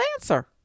answer